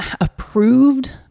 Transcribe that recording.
approved